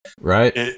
Right